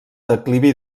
declivi